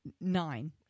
Nine